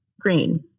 green